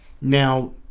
now